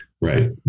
right